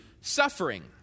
suffering